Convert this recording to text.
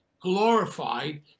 glorified